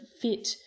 fit